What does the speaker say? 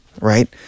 Right